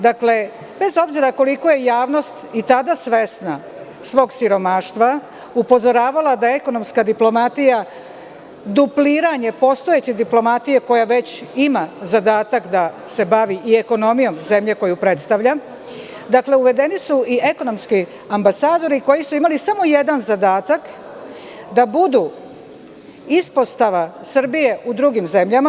Dakle, bez obzira koliko je javnost i tada svesna svog siromaštva, upozoravala da ekonomska diplomatija, dupliranje postojeće diplomatije koja već ima zadatak da se bavi i ekonomijom zemlje koju predstavlja, uvedeni su i ekonomski ambasadori koji su imali samo jedan zadatak, da budu ispostava Srbije u drugim zemljama.